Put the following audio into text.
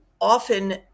often